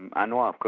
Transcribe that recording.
anwar of course,